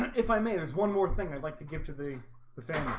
if i may there's one more thing i'd like to give to the the family